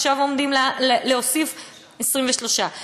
23. 23,